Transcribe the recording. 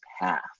path